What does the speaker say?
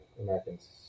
Americans